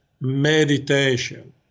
Meditation